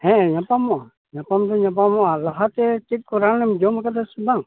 ᱦᱮᱸ ᱧᱟᱯᱟᱢᱚᱜᱼᱟ ᱧᱟᱯᱟᱢ ᱫᱚᱧ ᱧᱟᱯᱟᱢᱚᱜᱼᱟ ᱞᱟᱦᱟᱛᱮ ᱪᱮᱫ ᱠᱚ ᱨᱟᱱᱮᱢ ᱡᱚᱢ ᱟᱠᱟᱫᱟ ᱥᱮ ᱵᱟᱝ